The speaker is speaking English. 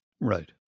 Right